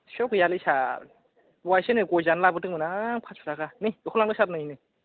सिफियाव गैयालै सार दहायसो नै गय जानो लाबोदोंमोन आं फास स' थाखा नै बेखौनो लांदो सार नै नै